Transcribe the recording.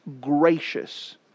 gracious